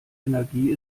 energie